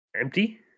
empty